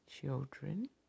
children